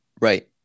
Right